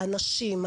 הנשים,